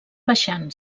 baixant